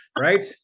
right